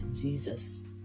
Jesus